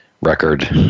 record